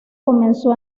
comenzó